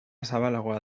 zabalagoa